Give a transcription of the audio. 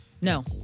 No